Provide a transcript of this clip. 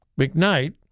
McKnight